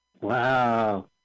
Wow